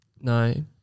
No